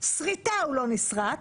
שריטה הוא לא נשרט,